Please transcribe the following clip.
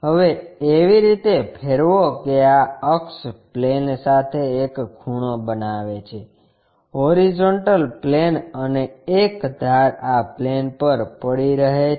હવે એવી રીતે ફેરવો કે આ અક્ષ પ્લેન સાથે એક ખૂણો બનાવે છે હોરીઝોન્ટલ પ્લેન અને એક ધાર આ પ્લેન પર પડી રહે છે